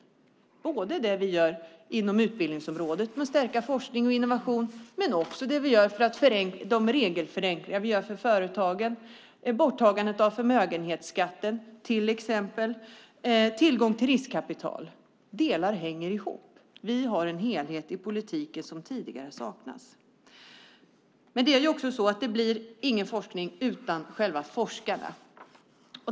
Det gäller både det vi gör inom utbildningsområdet med att stärka forskning och innovation och de regelförenklingar vi gör för företagen - borttagandet av förmögenhetsskatten och tillgång till riskkapital, till exempel. Delar hänger ihop. Vi har en helhet i politiken som tidigare saknades. Det är också så att det inte blir någon forskning utan själva forskarna.